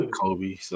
Kobe